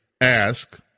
ask